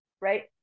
right